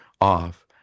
off